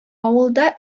авылда